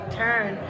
turn